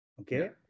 Okay